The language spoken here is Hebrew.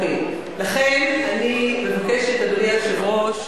לכן אני מבקשת, אדוני היושב-ראש,